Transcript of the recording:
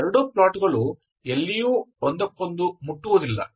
ಈ ಎರಡೂ ಪ್ಲಾಟ್ ಗಳು ಎಲ್ಲಿಯೂ ಒಂದಕ್ಕೊಂದು ಮುಟ್ಟುವುದಿಲ್ಲ